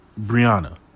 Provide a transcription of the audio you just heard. Brianna